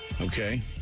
okay